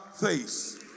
face